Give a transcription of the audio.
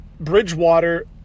Bridgewater